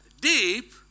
deep